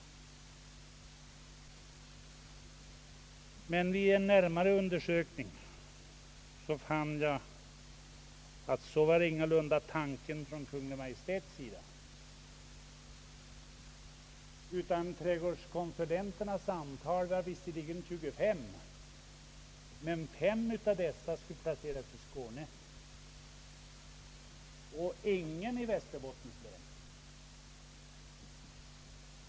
Men vid närmare undersökning fann jag att så var ingalunda tanken från Kungl. Maj:ts sida. Trädgårdskonsulenternas antal var visserligen 25, men fem av dessa skulle placeras i Skåne och ingen i Västerbottens län.